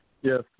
Yes